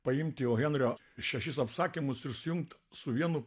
paimti ohenrio šešis apsakymus ir sujungt su vienu